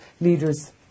leaders